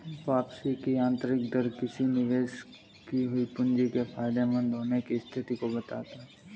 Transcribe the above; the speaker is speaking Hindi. वापसी की आंतरिक दर किसी निवेश की हुई पूंजी के फायदेमंद होने की स्थिति को बताता है